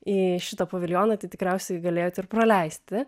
į šitą paviljoną tai tikriausiai galėjot ir praleisti